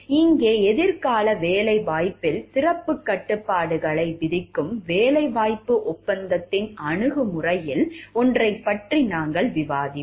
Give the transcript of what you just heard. இங்கே எதிர்கால வேலைவாய்ப்பில் சிறப்புக் கட்டுப்பாடுகளை விதிக்கும் வேலைவாய்ப்பு ஒப்பந்தத்தின் அணுகுமுறைகளில் ஒன்றைப் பற்றி நாங்கள் விவாதித்தோம்